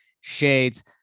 shades